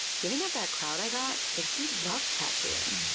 giving up that crowd i got, but he loved tattooing.